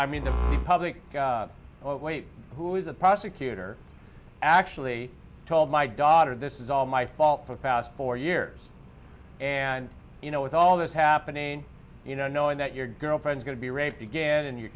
i mean the public oh wait who is a prosecutor actually told my daughter this is all my fault for the past four years and you know with all this happening you know knowing that your girlfriend's going to be raped again and your